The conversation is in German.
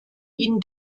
ihn